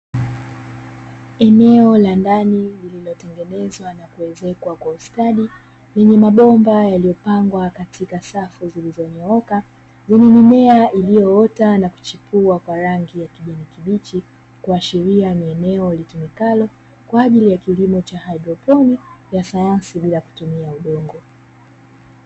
Eneo la ndani lililotengenezwa na kuezekwa kwa ustadi lenye mabomba yaliyopangwa katika safu zilizonyooka, yenye mimea iliyoota na kuchipua kwa rangi ya kijani kibichi, kuashiria ni eneo litumikalo kwa ajili ya kilimo cha haidroponi ya sayansi bila kutumia udongo.